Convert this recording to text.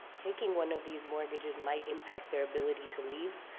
taking one of these mortgages might impact their ability to leave,